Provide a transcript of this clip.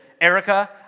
Erica